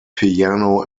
piano